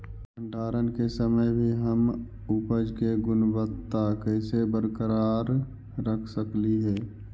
भंडारण के समय भी हम उपज की गुणवत्ता कैसे बरकरार रख सकली हे?